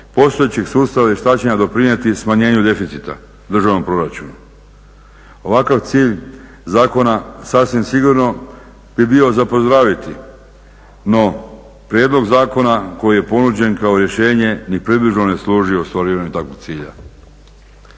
postojećeg sustava vještačenja doprinijeti smanjenju deficita državnog proračuna. Ovakav cilj zakona sasvim sigurno bi bio za pozdraviti, no prijedlog zakona koji je ponuđen kao rješenje ni približno ne služi ostvarivanju takvog cilja.